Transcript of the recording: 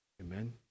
Amen